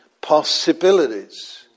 possibilities